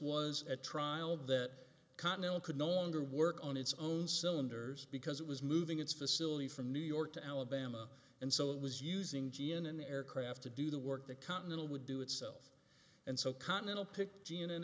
was at trial that continental could no longer work on its own cylinders because it was moving its facility from new york to alabama and so it was using g n and the aircraft to do the work the continental would do itself and so continental picked g in an